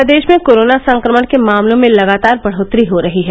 प्रदेश में कोरोना संक्रमण के मामलों में लगातार बढ़ोत्तरी हो रही है